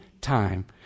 time